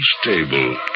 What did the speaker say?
stable